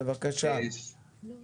בבקשה, נמרוד?